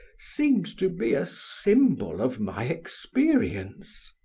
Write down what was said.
seemed to be a symbol of my experience.